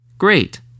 Great